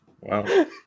Wow